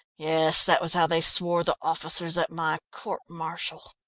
yes, that was how they swore the officers at my court martial.